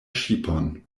ŝipon